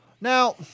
Now